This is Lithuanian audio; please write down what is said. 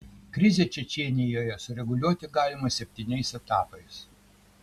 krizę čečėnijoje sureguliuoti galima septyniais etapais